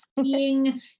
seeing